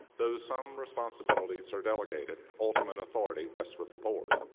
though some responsibilities are delegated, ultimate authority rests with the board.